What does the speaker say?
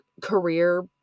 career